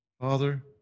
Father